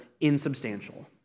insubstantial